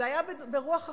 זה היה ברוח אחרת,